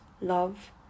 love